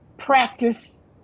Practice